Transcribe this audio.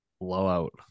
Blowout